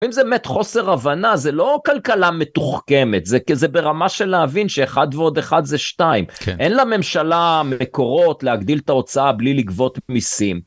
אם זה באמת חוסר הבנה, זה לא כלכלה מתוחכמת, זה כזה ברמה של להבין שאחד ועוד אחד זה שתיים. אין לה ממשלה מקורות להגדיל את ההוצאה בלי לגבות מיסים.